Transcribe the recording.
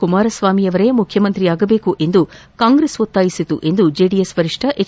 ಕುಮಾರಸ್ವಾಮಿಯವರೇ ಮುಖ್ಯಮಂತ್ರಿಯಾಗಬೇಕೆಂದು ಕಾಂಗ್ರೆಸ್ ಒತ್ತಾಯಿಸಿತು ಎಂದು ಜೆಡಿಎಸ್ ವರಿಷ್ಠ ಎಚ್